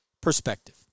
perspective